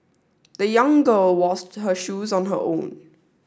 the young girl washed her shoes on her own